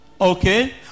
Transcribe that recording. Okay